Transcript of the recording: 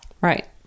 Right